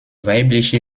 weibliche